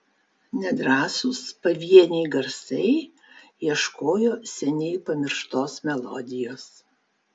nedrąsūs pavieniai garsai ieškojo seniai pamirštos melodijos